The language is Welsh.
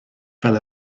fel